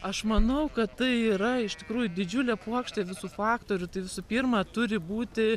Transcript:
aš manau kad tai yra iš tikrųjų didžiulė puokštė visų faktorių tai visų pirma turi būti